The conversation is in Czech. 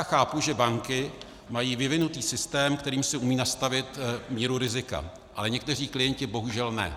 Chápu, že banky mají vyvinutý systém, kterým si umějí nastavit míru rizika, ale někteří klienti bohužel ne.